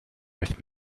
with